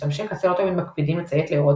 משתמשי קצה לא תמיד מקפידים לציית להוראות